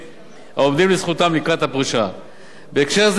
בהקשר זה פורטה בדוח הוועדה השפעת גיל הפרישה על ההתחייבויות